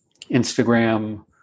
Instagram